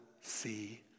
see